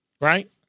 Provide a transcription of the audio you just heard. right